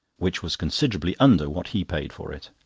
which was considerably under what he paid for it.